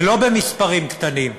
ולא במספרים קטנים,